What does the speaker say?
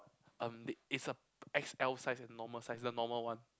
um it's a X_L size and normal size the normal one